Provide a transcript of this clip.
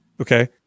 Okay